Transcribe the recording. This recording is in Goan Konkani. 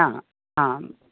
आं आं